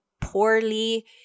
poorly